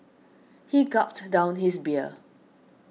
he gulped down his beer